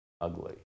ugly